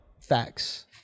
Facts